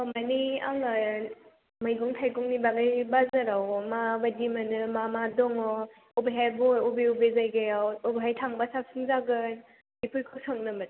थारमाने आङो मैगं थाइगंनि बागै बाजाराव माबायदि मोनो मा मा दं बबेहाय बबे बबे जायगायाव बबेहाय थांब्ला साबसिन जागोन बेफोरखौ सोंनोमोन